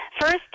First